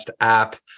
app